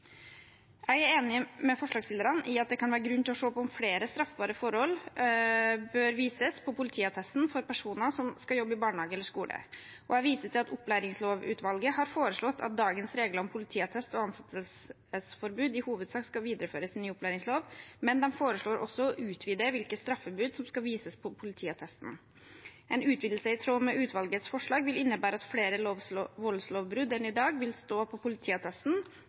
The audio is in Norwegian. Jeg er enig med forslagsstillerne i at det kan være grunn til å se på om flere straffbare forhold bør vises på politiattesten for personer som skal jobbe i barnehage eller skole. Jeg viser til at Opplæringslovutvalget har foreslått at dagens regler om politiattest og ansettelsesforbud i hovedsak skal videreføres i ny opplæringslov, men de foreslår også å utvide hvilke straffebud som skal vises på politiattesten. En utvidelse i tråd med utvalgets forslag vil innebære at flere voldslovbrudd enn i dag vil stå på politiattesten,